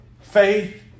faith